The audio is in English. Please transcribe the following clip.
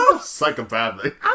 Psychopathic